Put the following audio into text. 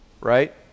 right